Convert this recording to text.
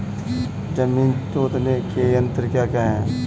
जमीन जोतने के यंत्र क्या क्या हैं?